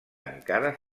encara